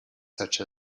such